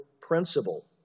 principle